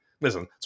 listen